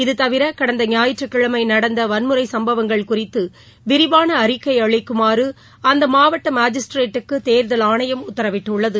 இது தவிர கடந்த ஞாயிற்றுக்கிழமை நடந்த வன்முறை சம்பவங்கள் குறித்து விரிவான அறிக்கை அளிக்குமாறு அந்த மாவட்ட மாஜிஸ்திரேட்டுக்கு தேர்தல் ஆணையம் உத்தரவிட்டுள்ளது